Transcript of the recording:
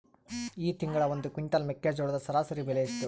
ಈ ತಿಂಗಳ ಒಂದು ಕ್ವಿಂಟಾಲ್ ಮೆಕ್ಕೆಜೋಳದ ಸರಾಸರಿ ಬೆಲೆ ಎಷ್ಟು?